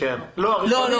לא.